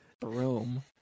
broom